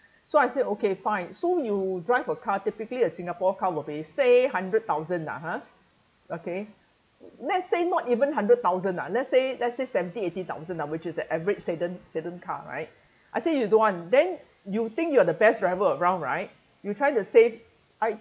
so I said okay fine so you drive a car typically a singapore car will be say hundred thousand lah ha okay let's say not even hundred thousand ah let's say let's say seventy eighty thousand ah which is the average sedan sedan car right I say you don't want then you think you are the best driver around right you try to save I